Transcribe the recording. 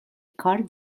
car